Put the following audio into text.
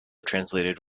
translated